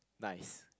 nice